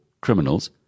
criminals